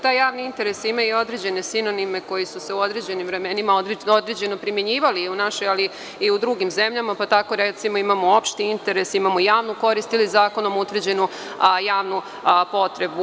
Taj javni interes ima određene sinonime koji su se u određenim vremenima određeno primenjivali u našoj, ali i u drugim zemljama, pa tako imamo opšti interes, javnu korist ili zakonom utvrđenu javnu potrebu.